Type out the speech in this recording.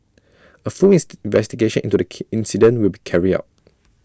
A fullest investigation into the key incident will be carried out